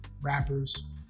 rappers